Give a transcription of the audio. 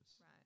Right